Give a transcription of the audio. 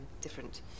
different